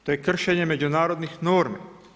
To je kršenje međunarodnih normi.